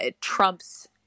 Trump's